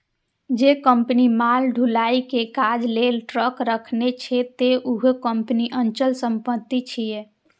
जौं कंपनी माल ढुलाइ के काज लेल ट्रक राखने छै, ते उहो कंपनीक अचल संपत्ति छियै